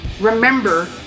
remember